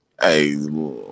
Hey